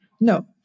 No